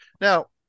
Now